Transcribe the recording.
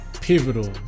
pivotal